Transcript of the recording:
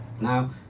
now